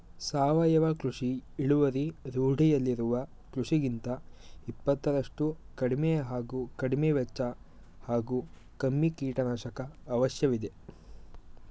ಸಾವಯವ ಕೃಷಿ ಇಳುವರಿ ರೂಢಿಯಲ್ಲಿರುವ ಕೃಷಿಗಿಂತ ಇಪ್ಪತ್ತರಷ್ಟು ಕಡಿಮೆ ಹಾಗೂ ಕಡಿಮೆವೆಚ್ಚ ಹಾಗೂ ಕಮ್ಮಿ ಕೀಟನಾಶಕ ಅವಶ್ಯವಿದೆ